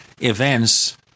events